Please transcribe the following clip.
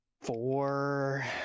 four